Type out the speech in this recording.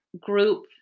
group